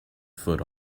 foot